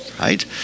right